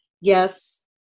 Yes